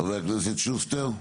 חבר הכנסת שוסטר.